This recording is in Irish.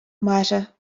mairfidh